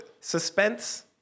Suspense